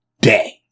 day